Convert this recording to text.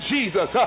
Jesus